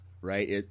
right